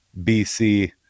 BC